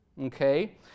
Okay